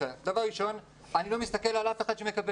דבר ראשון, אני לא מסתכל על אף אחד שמקבל.